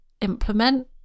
implement